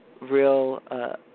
real